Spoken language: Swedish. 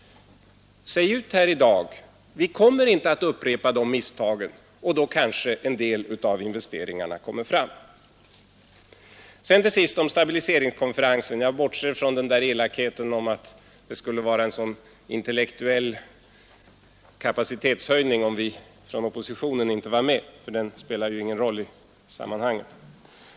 Säg ut här i dag: Vi kommer inte att upprepa de misstagen! Då kanske en del av investeringarna kommer fram När det till sist gäller stabiliseringskonferensen bortser jag från elakheten att det skulle vara en intellektuell kapacitetshöjning om vi från oppositionen inte var med den spelar ju ingen roll i sammanhanget.